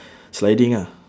sliding ah